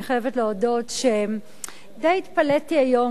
אני חייבת להודות שדי התפלאתי היום